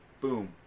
Boom